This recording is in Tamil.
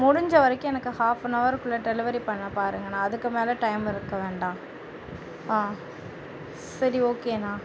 முடிஞ்ச வரைக்கும் எனக்கு ஆஃப்னவருக்குள்ளே டெலிவரி பண்ண பாருங்கள் அண்ணா அதுக்கு மேலே டைம் எடுக்க வேண்டாம் ஆ சரி ஓகேண்ணா